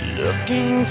looking